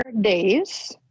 days